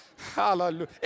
Hallelujah